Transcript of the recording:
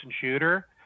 shooter